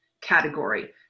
category